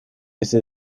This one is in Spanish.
ese